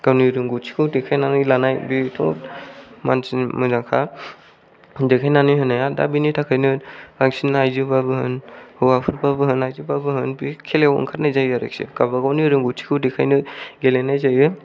गावनि रोंगौथिखौ देखायनानै लानाय बेथ' मानसिनि मोजांखा देखायनानै होनाया दा बेनिथाखायनो बांसिन आयजोबाबो होन हौवाफोरबाबो होन आयजोबाबो होन बे खेलायाव ओंखारनाय जायो आरोखि गावबा गावनि रोंगौथिखौ देखायनो गेलेनाय जायो